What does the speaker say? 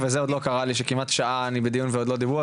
ועוד לא קרה לי שכמעט שעה אני בדיון ועוד לא דיברו,